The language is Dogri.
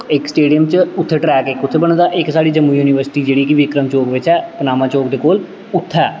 इक स्टेडियम च उत्थै ट्रैक इक उत्थै बने दा ऐ इक साढ़ी जम्मू यूनिवर्सिटी जेह्ड़ी कि बिक्रम चौक बिच्च ऐ पनामा चौक दे कोल उत्थै ऐ